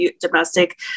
Domestic